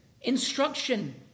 instruction